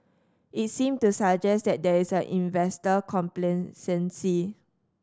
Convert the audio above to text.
it seems to suggest that there is investor complacency